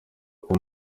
kuba